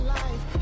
life